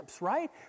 right